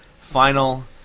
final